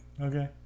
Okay